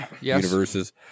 universes